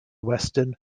western